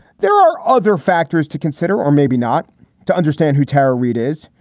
there are other factors to consider or maybe not to understand who tara reid is.